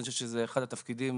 אני חושב שזה אחד התפקידים